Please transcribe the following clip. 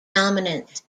dominance